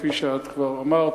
כפי שאת כבר אמרת,